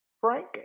Frank